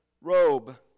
robe